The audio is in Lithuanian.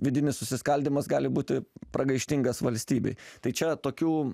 vidinis susiskaldymas gali būti pragaištingas valstybei tai čia tokių